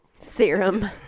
Serum